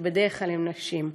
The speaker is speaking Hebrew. שבדרך כלל הם נשים.